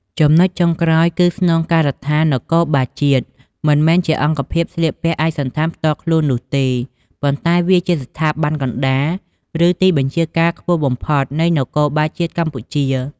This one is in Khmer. ចំណុចចុងក្រោយគឺស្នងការដ្ឋាននគរបាលជាតិ មិនមែនជាអង្គភាពស្លៀកឯកសណ្ឋានផ្ទាល់ខ្លួននោះទេ ប៉ុន្តែវាជា ស្ថាប័នកណ្ដាល ឬទីបញ្ជាការខ្ពស់បំផុត នៃនគរបាលជាតិកម្ពុជា។